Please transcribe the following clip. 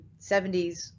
70s